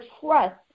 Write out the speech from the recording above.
trust